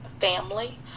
family